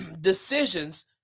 decisions